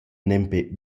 nempe